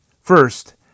First